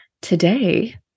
Today